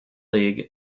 league